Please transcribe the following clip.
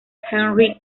henry